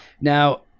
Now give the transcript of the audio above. Now